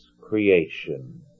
creation